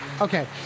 Okay